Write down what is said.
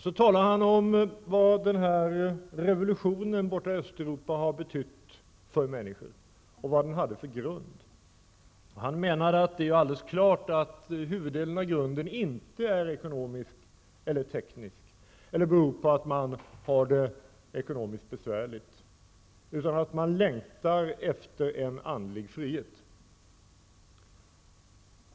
Så talade han om vad revolutionen i Östeuropa har betytt för människorna och vad den hade för grund. Han menade att det är helt klart att grunden inte till huvuddelen var ekonomisk eller teknisk eller berodde på att människorna hade det ekonomiskt besvärligt, utan man längtade efter en andlig frihet.